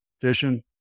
fishing